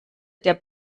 der